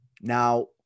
Now